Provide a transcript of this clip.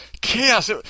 chaos